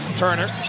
Turner